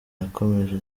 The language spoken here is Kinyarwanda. yakomeje